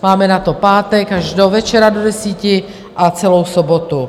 Máme na to pátek až do večera do deseti a celou sobotu.